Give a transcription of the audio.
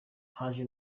haje